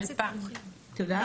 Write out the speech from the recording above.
את יודעת?